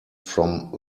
from